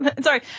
Sorry